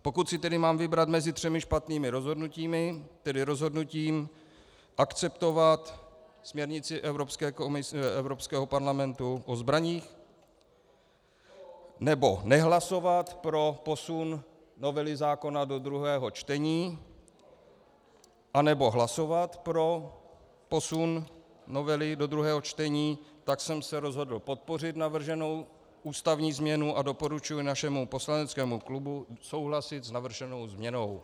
Pokud si tedy mám vybrat mezi třemi špatnými rozhodnutími, tedy rozhodnutím akceptovat směrnici Evropské komise, Evropského parlamentu o zbraních, nebo nehlasovat pro posun novely zákona do druhého čtení, anebo hlasovat pro posun novely do druhého čtení, tak jsem se rozhodl podpořit navrženou ústavní změnu a doporučuji našemu poslaneckému klubu souhlasit s navrženou změnou.